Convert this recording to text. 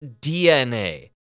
DNA